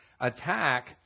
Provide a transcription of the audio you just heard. attack